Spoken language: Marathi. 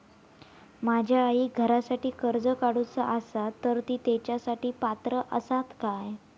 माझ्या आईक घरासाठी कर्ज काढूचा असा तर ती तेच्यासाठी पात्र असात काय?